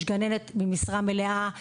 יש גננת במשרה מלאה,